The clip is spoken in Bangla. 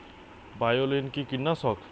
বায়োলিন কি কীটনাশক?